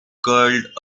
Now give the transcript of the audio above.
curled